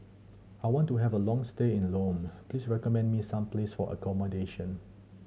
I want to have a long stay in Lome please recommend me some place for accommodation